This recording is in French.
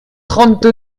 trente